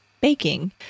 baking